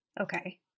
Okay